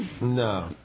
no